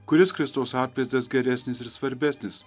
kuris kristaus atvaizdas geresnis ir svarbesnis